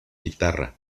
guitarra